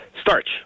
starch